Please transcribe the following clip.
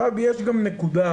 יש גם נקודה